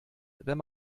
wenn